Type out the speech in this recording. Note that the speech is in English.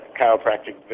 chiropractic